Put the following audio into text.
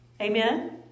Amen